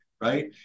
right